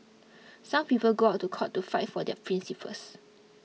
some people go to court to fight for their principles